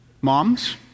Moms